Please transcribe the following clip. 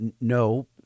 No